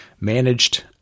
managed